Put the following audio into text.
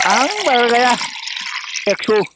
आं बारा गाया एग्स'